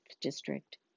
district